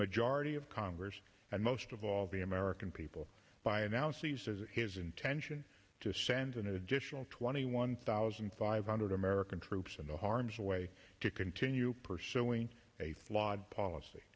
majority of congress and most of all the american people by announcing his intention to send an additional twenty one thousand five hundred american troops into harm's way to continue pursuing a flawed policy